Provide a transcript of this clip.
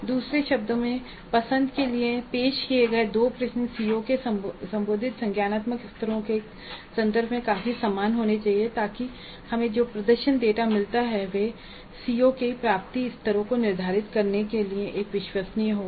तो दूसरे शब्दों में पसंद के लिए पेश किए गए 2 प्रश्न सीओ के संबोधित संज्ञानात्मक स्तरों के संदर्भ में काफी समान होने चाहिए ताकि हमें जो प्रदर्शन डेटा मिलता है वह सीओ के प्राप्ति स्तरों को निर्धारित करने के लिए एक विश्वसनीय हो